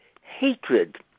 hatred